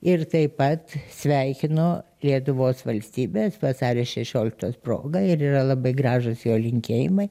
ir taip pat sveikino lietuvos valstybės vasario šešioliktos proga ir yra labai gražūs jo linkėjimai